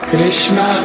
Krishna